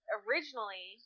originally